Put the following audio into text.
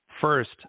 first